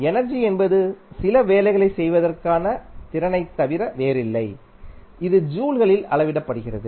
energy என்பது சில வேலைகளைச் செய்வதற்கான திறனைத் தவிர வேறில்லை இது ஜூல்களில் அளவிடப்படுகிறது